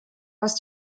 was